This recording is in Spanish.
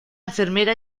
enfermera